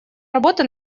работа